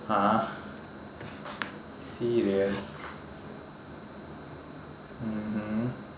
!huh! serious mmhmm